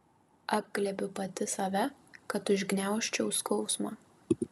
apglėbiu pati save kad užgniaužčiau skausmą